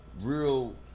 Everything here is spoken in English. real